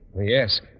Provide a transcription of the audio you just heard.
Yes